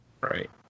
right